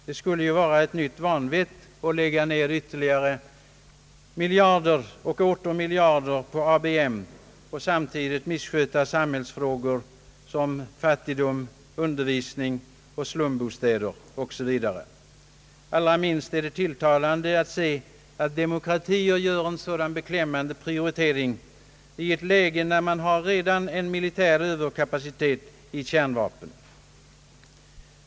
Det skulle vara ett nytt van: vett att lägga ner ytterligare miljarder och åter miljarder på ABM och samtidigt missköta samhällsfrågor såsom fattigdom, undervisning och slumbostäder. Allra minst tilltalande är att demokratier gör en så beklämmande prioritering i ett läge där det redan finns militär överkapacitet beträffande kärnvapen.